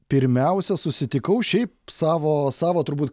pirmiausia susitikau šiaip savo savo turbūt